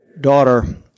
daughter